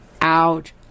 out